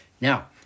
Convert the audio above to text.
Now